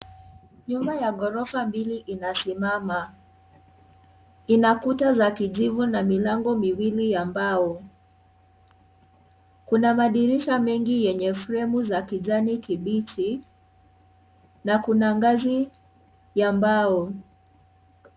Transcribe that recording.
Nyumba ya ghorofa mbili inasimama . Ina kuta za kijivu na milango miwili ya mbao . Kuna madirisha mengi yenye fremu ya kijani kibichi na kuna ngazi ya mbao.